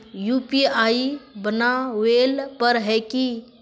UPI बनावेल पर है की?